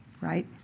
Right